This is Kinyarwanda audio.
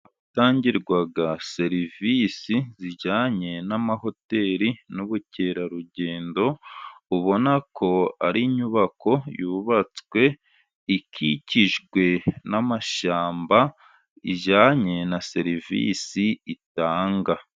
Ahatangirwa serivisi zijyanye n' amahoteri n'ubukerarugendo, ubona ko ari inyubako yubatswe, ikikijwe n'amashyamba, ijyanye na serivisi itanga.